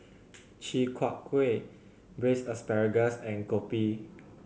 Chi Kak Kuih Braised Asparagus and Kopi